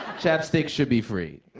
chapstick should be free.